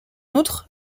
outre